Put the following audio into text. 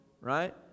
right